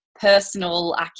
personal